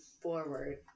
forward